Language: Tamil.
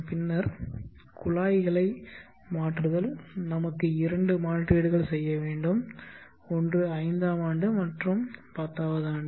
பின்னர் குழாய்களை மாற்றுதல் நமக்கு இரண்டு மாற்றீடுகள் செய்ய வேண்டும் ஒன்று ஐந்தாம் ஆண்டு மற்றும் பத்தாவது ஆண்டு